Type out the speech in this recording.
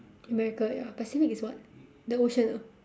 america ya pacific is what the ocean ah